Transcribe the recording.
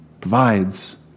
provides